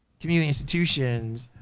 community institutions.